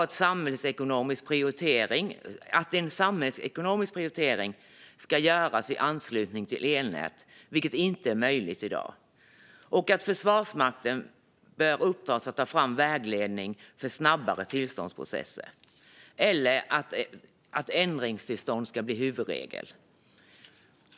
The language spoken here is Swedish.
En samhällsekonomisk prioritering ska göras vid anslutning till elnät, vilket inte är möjligt i dag. Försvarsmakten bör få i uppdrag att ta fram vägledning för snabbare tillståndsprocesser, och ändringstillstånd ska bli huvudregel.